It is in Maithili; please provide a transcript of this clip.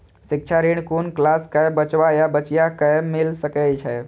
शिक्षा ऋण कुन क्लास कै बचवा या बचिया कै मिल सके यै?